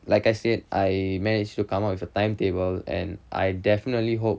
like I said I managed to come up with a timetable and I definitely hope